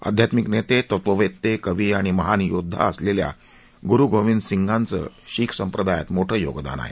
अध्यात्मिक नेते तत्वनेते कवी आणि महान योद्वा असलेल्या गुरू गोविंद सिंगांचं शिख संप्रदायात मोठं योगदान आहे